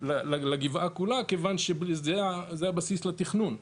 לגבעה כולה, כיוון שזה הבסיס לתכנון.